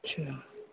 اچھا